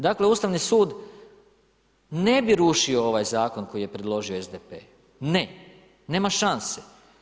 Dakle Ustavni sud ne bi rušio ovaj zakon koji je predložio SDP, ne, nema šanse.